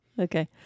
Okay